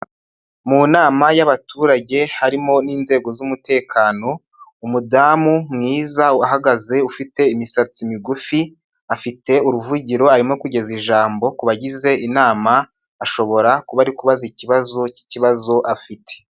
Mu nama y'abaturage, harimo n'inzego z'umutekano, umudamu mwiza uhagaze ufite imisatsi migufi, afite uruvugiro arimo kugeza ijambo ku bagize inama, ashobora kuba ari kubaza ikibazo k'ikibazo afite.